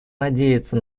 надеяться